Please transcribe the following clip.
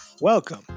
Welcome